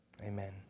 Amen